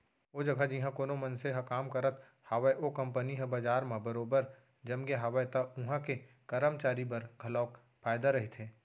ओ जघा जिहाँ कोनो मनसे ह काम करत हावय ओ कंपनी ह बजार म बरोबर जमगे हावय त उहां के करमचारी बर घलोक फायदा रहिथे